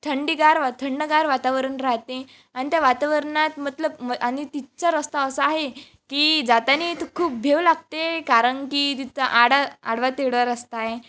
थंडगार वात थंडगार वातावरण राहते आणि त्या वातावरणात मतलब म आणि तिथचा रस्ता असा आहे की जाताना तर खूप भीव लागते कारण की तिचा आडा आडवा तिडवा रस्ता आहे